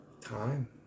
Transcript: Time